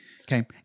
okay